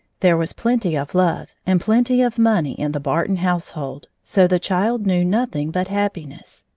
there was plenty of love and plenty of money in the barton household, so the child knew nothing but happiness.